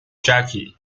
jackie